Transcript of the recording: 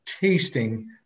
tasting